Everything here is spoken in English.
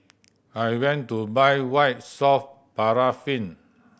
I went to buy White Soft Paraffin